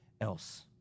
else